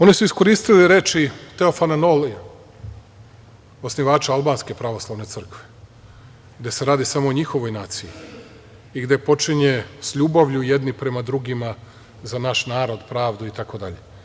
Oni su iskoristili reči Teofana Nolija, osnivača albanske pravoslavne crkve, gde se radi samo o njihovoj naciji i gde počinje sa ljubavlju jedni prema drugima za naš narod, pravdu, itd.